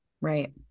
Right